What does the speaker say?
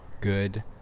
Good